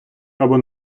або